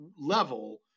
level